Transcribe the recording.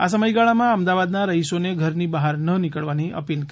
આ સમયગાળામાં અમદાવાદના રહીશોને ધરની બહાર ન નીકળવાની અપીલ કરી છે